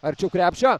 arčiau krepšio